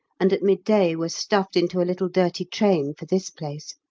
and at midday were stuffed into a little dirty train for this place.